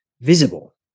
visible